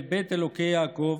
אל בית אלוקי יעקב